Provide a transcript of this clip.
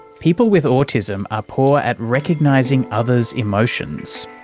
people with autism are poor at recognising others' emotions.